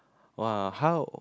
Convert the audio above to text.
!wah! how